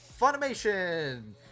Funimation